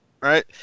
right